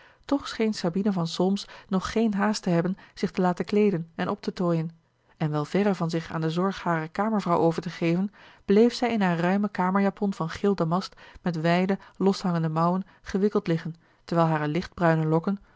toch scheen sabina van solms nog geen haast te hebben zich te laten kleeden en op te tooien en wel verre van zich aan de zorg harer kamervrouw over te geven bleef zij in haar ruimen kamerjapon van geel damast met wijde loshangende mouwen gewikkeld liggen terwijl hare lichtbruine lokken